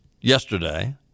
yesterday